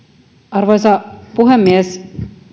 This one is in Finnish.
arvoisa puhemies